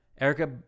Erica